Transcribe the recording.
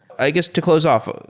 i guess to close off,